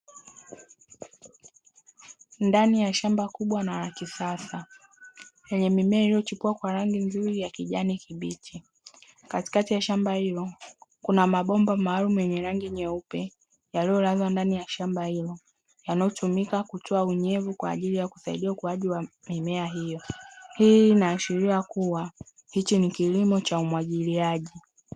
Ndani ya shamba kubwa na la kisasa, lenye mimea iliyochipua kwa rangi nzuri ya kijani kibichi. Katikati ya shamba hilo kuna mabomba maalumu yenye rangi nyeupe; yaliyolazwa ndani ya shamba hilo, yanayotumika kutoa unyevu kwa ajili ya kusaidia ukuaji wa mimea hiyo. Hii inaashiria kuwa hichi ni kilimo cha umwagiliaji.